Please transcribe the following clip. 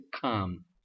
come